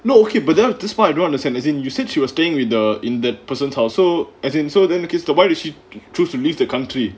no okay but then this part I don't understand as in you said she was staying with the in that person's house so as in so then if that's so then why did she choose to leave the country